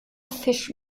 fisch